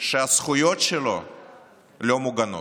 כשהזכויות שלו לא מוגנות,